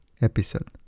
episode